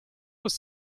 ist